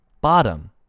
bottom